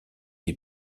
les